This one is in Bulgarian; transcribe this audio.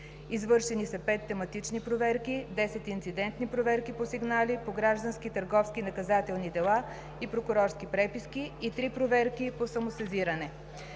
Извършени са 5 тематични проверки, 10 инцидентни проверки по сигнали по граждански, търговски и наказателни дела и прокурорски преписки и 3 проверки по самосезиране.